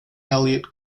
eliot